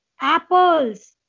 apples